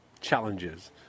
challenges